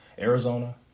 Arizona